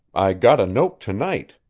i got a note to-night,